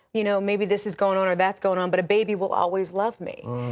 you know maybe this is going on or thats going on, but a baby will always love me.